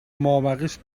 مابقیش